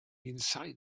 inside